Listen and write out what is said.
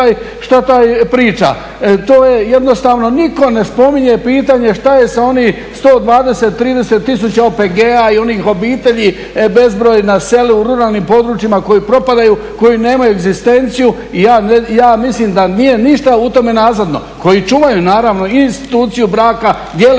šta taj priča. Nitko ne spominje pitanje šta je sa onih 120, 130 tisuća OPG-a i onih obitelji bezbroj na selu u ruralnim područjima koji propadaju, koji nemaju egzistenciju i ja mislim da nije ništa u tome nazadno, koji čuvaju naravno i instituciju braka, dijele